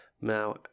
Now